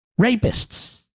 Rapists